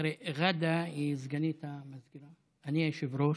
תראה, ראדה היא סגנית המזכירה, אני היושב-ראש,